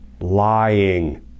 lying